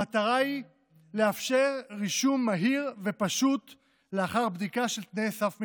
המטרה היא לאפשר רישום מהיר ופשוט לאחר בדיקה של תנאי סף מינימליים.